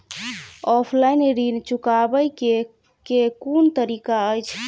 Offline ऋण चुकाबै केँ केँ कुन तरीका अछि?